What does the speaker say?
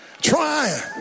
trying